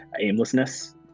aimlessness